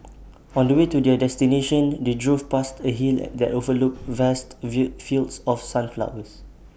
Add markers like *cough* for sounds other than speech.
on the way to their destination they drove past A hill *hesitation* that overlooked vast view fields of sunflowers